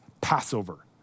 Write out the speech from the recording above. Passover